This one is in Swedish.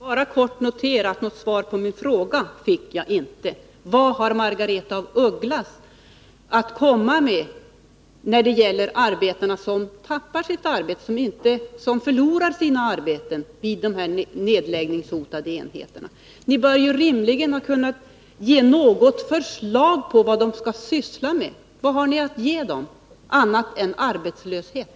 Herr talman! Jag vill bara kort notera att jag inte fick något svar på min fråga. Vad har Margaretha af Ugglas att komma med när det gäller arbetarna som förlorar sina jobb vid de nedläggningshotade enheterna? Ni bör rimligen kunna ge något förslag på vad de skall syssla med. Vad har ni att ge dem annat än arbetslöshet?